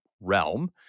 realm